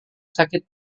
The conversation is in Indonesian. sakit